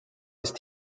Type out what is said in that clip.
ist